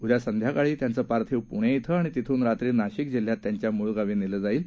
उद्या सायकाळी त्यांचं पार्थिव पूणे ििं आणि तिथून रात्री नाशिक जिल्ह्यात त्यांच्या मूळ गावी नेलं जाईल